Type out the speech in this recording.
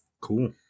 Cool